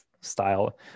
style